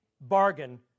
bargain